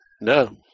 No